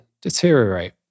deteriorate